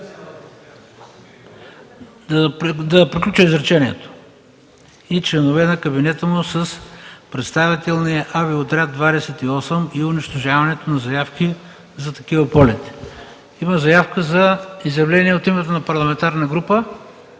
Бойко Борисов и членове на кабинета му с представителния Авиоотряд 28 и унищожаването на заявки за такива полети. Има заявка за изявление от името на парламентарна група